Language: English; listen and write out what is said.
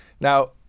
Now